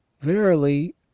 verily